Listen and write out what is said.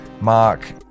Mark